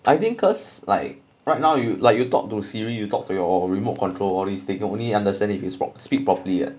I think cause like right now you like you talk to siri you talk to your remote control all these they can only understand if you spoke speak properly